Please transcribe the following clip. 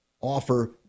offer